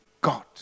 God